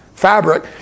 fabric